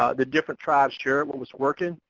ah the different tribes shared what was working,